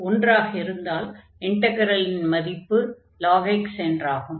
p1ஆக இருந்தால் இன்டக்ரலின் மதிப்பு lnx என்றாகும்